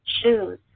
shoes